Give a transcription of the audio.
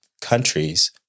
countries